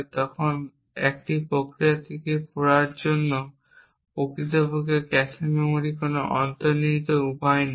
তখন একটি প্রক্রিয়া থেকে পড়ার জন্য প্রকৃতপক্ষে ক্যাশে মেমরির কোন অন্তর্নিহিত উপায় নেই